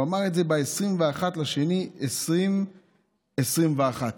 הוא אמר את זה ב-21 בפברואר 2021,